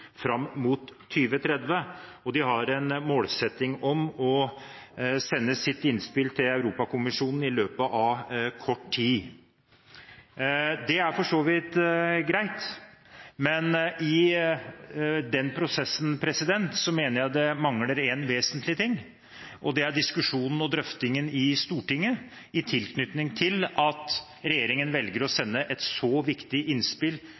fram mot 2030, og de har en målsetting om å sende sitt innspill til Europakommisjonen i løpet av kort tid. Det er for så vidt greit, men i den prosessen mener jeg det mangler noe vesentlig, og det er diskusjonen og drøftingen i Stortinget. I tilknytning til at regjeringen velger å sende et så viktig innspill